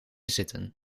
zitten